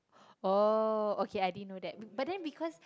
oh okay I didn't know that but then because